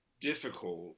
difficult